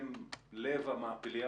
הם לב המאפליה